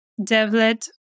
Devlet